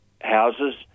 houses